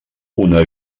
una